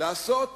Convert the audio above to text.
לנקוט